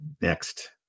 Next